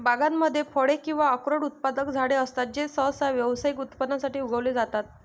बागांमध्ये फळे किंवा अक्रोड उत्पादक झाडे असतात जे सहसा व्यावसायिक उत्पादनासाठी उगवले जातात